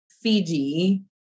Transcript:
Fiji